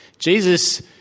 Jesus